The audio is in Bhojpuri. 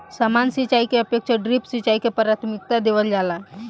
सामान्य सिंचाई के अपेक्षा ड्रिप सिंचाई के प्राथमिकता देवल जाला